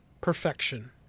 perfection